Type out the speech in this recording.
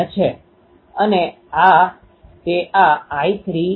તેથી પરિણામી ક્ષેત્ર એ વ્યક્તિગત સમાન એલીમેન્ટની પેટર્ન અને એરે ફેક્ટરનો ગુણાકાર છે